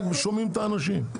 רק שומעים את האנשים.